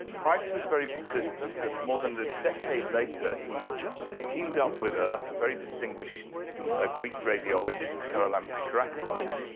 price was very persistent, and more than a decade later, he teamed up with a very distinguished, a greek radiologist, charalambos karakalos,